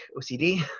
OCD